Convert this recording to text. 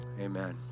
amen